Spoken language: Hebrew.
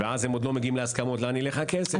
ולא מגיעים להסכמות לאן ילך הכסף.